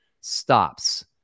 stops